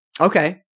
Okay